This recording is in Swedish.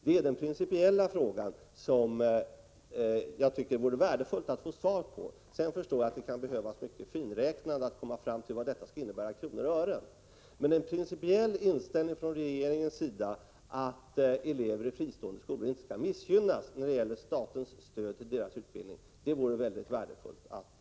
Det är den principiella fråga jag tycker det vore värdefullt att få svar på. Jag förstår att det kan behövas mycket finräknande för att komma fram till vad detta skulle innebära i kronor och ören. Men en principiell inställning från regeringens sida att elever i fristående skolor inte skall missgynnas när det gäller statens stöd till deras utbildning vore väldigt värdefullt att få fram.